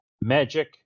Magic